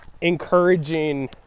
encouraging